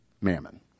mammon